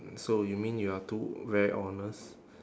so you mean you are too very honest